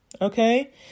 okay